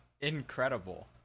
incredible